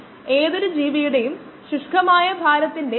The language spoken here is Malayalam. മാസ്സ് സംരക്ഷിക്കപ്പെടുന്നു മാസ്സ് സൃഷ്ടിക്കാനോ നശിപ്പിക്കാനോ കഴിയും